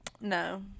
No